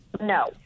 no